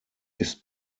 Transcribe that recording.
ist